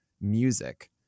music